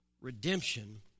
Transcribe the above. Redemption